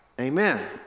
amen